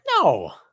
No